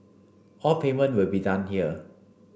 all payment will be done here